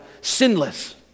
sinless